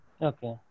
Okay